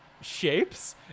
shapes